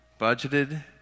budgeted